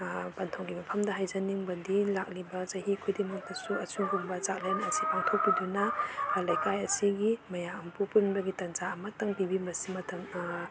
ꯄꯟꯊꯧꯒꯤ ꯃꯐꯝꯗ ꯍꯥꯏꯖꯅꯤꯡꯕꯗꯤ ꯂꯥꯛꯂꯤꯕ ꯆꯍꯤ ꯈꯨꯗꯤꯡꯃꯛꯇꯁꯨ ꯑꯁꯤꯒꯨꯝꯕ ꯆꯥꯛꯂꯦꯟ ꯑꯁꯤ ꯄꯥꯡꯊꯣꯛꯄꯤꯗꯨꯅ ꯂꯩꯀꯥꯏ ꯑꯁꯤꯒꯤ ꯃꯌꯥꯝꯕꯨ ꯄꯨꯟꯕꯒꯤ ꯇꯥꯟꯖꯥ ꯑꯃꯇꯪ ꯄꯤꯕꯤ ꯃꯁꯤꯃꯇꯪ